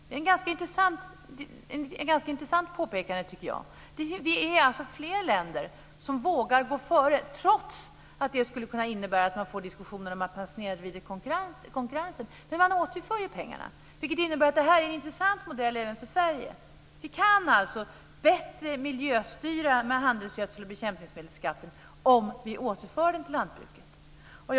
Jag tycker att det är ett ganska intressant påpekande. Det finns alltså fler länder som vågar gå före trots att det skulle kunna innebära att man får en diskussion om att man snedvrider konkurrensen. Men man återför ju pengarna, vilket innebär att detta är en intressant modell även för Sverige. Vi kan alltså miljöstyra bättre med skatten på handelsgödsel och bekämpningsmedel om vi återför den till lantbruket.